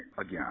again